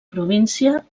província